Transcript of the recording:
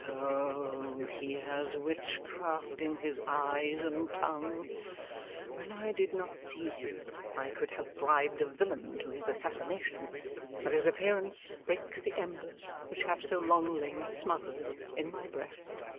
oh, he has witchcraft in his eyes and tongue when i did not see him i could have bribed a villain to his assassination but his appearance rakes the embers which have so long lain smothered in my breast.